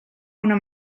una